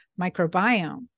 microbiome